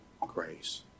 grace